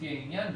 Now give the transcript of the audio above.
לפי העניין,